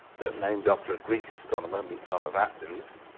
they're named after a greek astronomer, meton of athens.